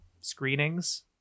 screenings